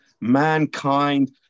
mankind